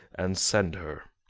and send her.